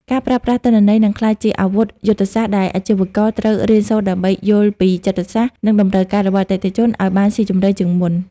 ការប្រើប្រាស់ទិន្នន័យ នឹងក្លាយជាអាវុធយុទ្ធសាស្ត្រ ដែលអាជីវករត្រូវរៀនសូត្រដើម្បីយល់ពីចិត្តសាស្ត្រ និងតម្រូវការរបស់អតិថិជនឱ្យបានស៊ីជម្រៅជាងមុន។